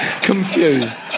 confused